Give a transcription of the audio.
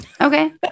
Okay